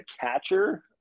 catcher